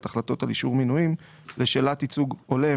החלטות על אישור מינויים לשאלת ייצוג הולם,